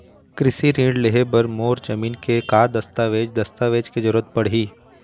कृषि ऋण लेहे बर मोर जमीन के का दस्तावेज दस्तावेज के जरूरत पड़ही?